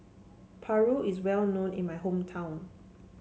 Paru is well known in my hometown